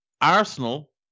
Arsenal